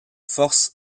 forces